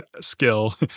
skill